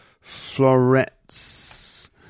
florets